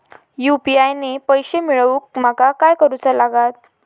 UPI ने पैशे मिळवूक माका काय करूचा लागात?